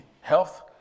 health